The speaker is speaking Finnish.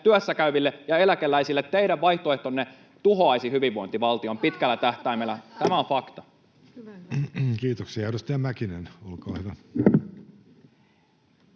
työssäkäyville ja eläkeläisille. Teidän vaihtoehtonne tuhoaisi hyvinvointivaltion pitkällä tähtäimellä. Tämä on fakta. Kiitoksia. — Edustaja Mäkinen, olkaa hyvä.